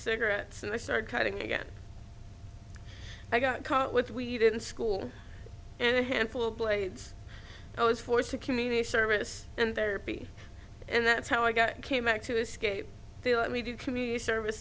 cigarettes and i started cutting again i got caught with we didn't school and a handful of blades i was forced to community service and their p and that's how i got came back to escape they let me do community service